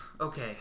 okay